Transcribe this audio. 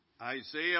Isaiah